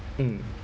mm